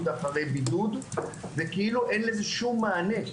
אחרי בידוד וכאילו אין לזה שום מענה.